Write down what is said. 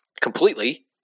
completely